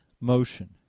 motion